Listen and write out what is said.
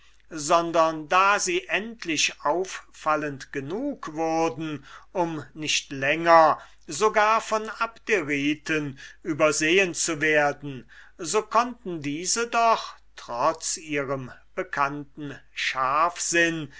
sondern da sie endlich auffallend genug wurden um nicht länger sogar von abderiten übersehen zu werden so konnten diese doch trotz ihrem bekannten